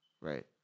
Right